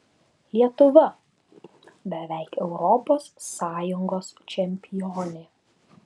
lietuva beveik europos sąjungos čempionė